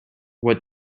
what